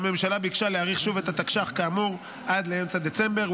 הממשלה ביקשה להאריך שוב את התקש"ח כאמור עד לאמצע דצמבר,